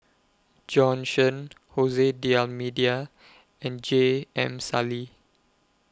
Bjorn Shen Jose D'almeida and J M Sali